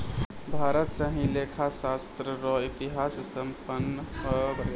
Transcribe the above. भारत स ही लेखा शास्त्र र इतिहास उत्पन्न भेलो मानलो जाय छै